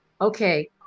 okay